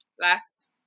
last